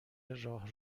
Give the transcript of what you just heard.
راه